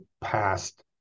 past